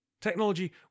Technology